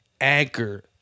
Anchor